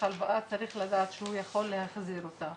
הלוואה צריך לדעת שהוא יכול להחזיר אותה.